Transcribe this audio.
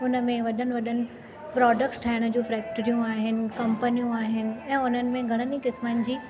हुन में वॾनि वॾनि प्रोडक्टस ठाहिण जूं फ्रैक्ट्रियूं आहिनि कंपनियूं आहिनि ऐं हुननि में घणनि ई क़िस्मनि जी